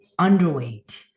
underweight